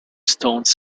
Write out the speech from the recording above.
stones